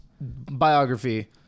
Biography